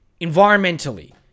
Environmentally